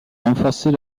renforcer